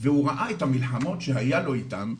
והוא ראה את המלחמות שהיה לו איתם,